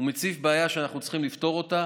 הוא מציף בעיה שאנחנו צריכים לפתור אותה,